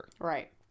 Right